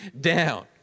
down